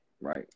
right